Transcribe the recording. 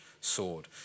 sword